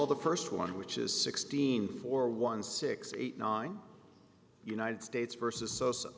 well the first one which is sixteen four one six eight nine united states versus sosa